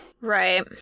Right